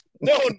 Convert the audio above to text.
no